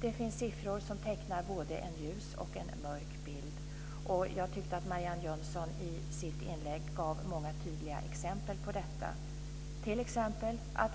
Det finns siffror som tecknar både en ljus och en mörk bild. Jag tyckte att Marianne Jönsson i sitt inlägg gav många tydliga exempel på detta.